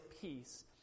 peace